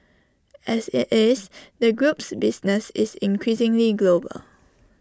as IT is the group's business is increasingly global